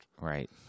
Right